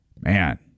man